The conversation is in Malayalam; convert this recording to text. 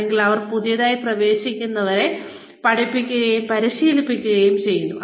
അല്ലെങ്കിൽ അവർ പുതിയതായി പ്രവേശിക്കുന്നവരെ പഠിപ്പിക്കുകയും പരിശീലിപ്പിക്കുകയും ചെയ്യുന്നു